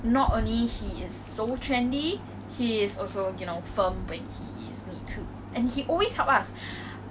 而且他 shout 的时候 hor 他的 voice 会 zhao siar 的 leh 真的很好笑